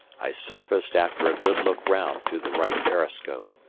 i surfaced after a good look round through the right periscope,